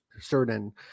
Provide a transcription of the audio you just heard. certain